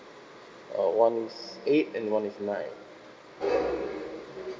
uh one's eight and one is nine